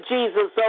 Jesus